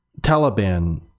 Taliban